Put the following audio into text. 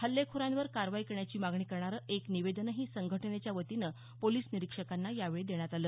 हल्लेखोरांवर कारवाई करण्याची मागणी करणारं एक निवेदनही संघटनेच्या वतीनं पोलिस निरीक्षकांना यावेळी देण्यात आलं